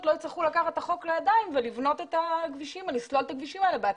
לא יצטרכו לקחת את החוק לידיים ולסלול את הכבישים האלה בעצמם.